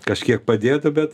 kažkiek padėtų bet